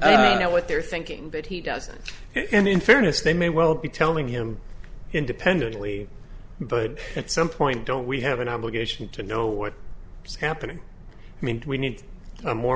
that what they're thinking that he doesn't and in fairness they may well be telling him independently but at some point don't we have an obligation to know what is happening i mean we need a more